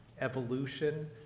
evolution